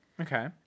Okay